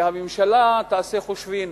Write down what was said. שהממשלה תעשה חושבים